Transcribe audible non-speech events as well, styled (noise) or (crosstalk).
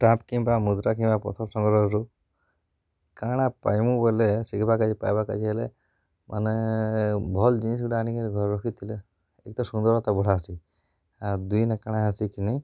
stamp କିମ୍ବା ମୁଦ୍ରା କିମ୍ବା ପଥର ସଂଗ୍ରହରୁ କାଣା ପାଇଁବୁ ବୋଲେ (unintelligible) ପାଇବାକେ ଗଲେ ମାନେ ଭଲ୍ ଜିନିଷ୍ ଗୋଟେ ଆଣିକିରି ଘରେ ରଖିଥିଲେ ଏକରେ ସୁନ୍ଦର ତା ବଢ଼ାସି ଆଉ ଦୁଇରେ କାଣା ହେସି ଶିଖିନି